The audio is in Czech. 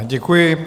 Děkuji.